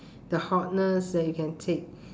the hotness that you can take